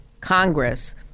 Congress